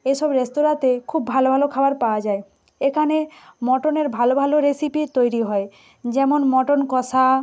এসব রেস্তোরাঁতে খুব ভালো ভালো খাবার পাওয়া যায় এখানে মটনের ভালো ভালো রেসিপি তৈরি হয় যেমন মটন কষা